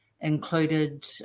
included